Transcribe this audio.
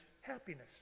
happiness